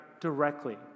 directly